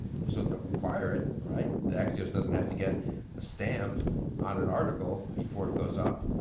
so they don't require it, right? that axios doesn't have to get a stamp on an article before it goes up.